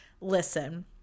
listen